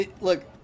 Look